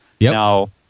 Now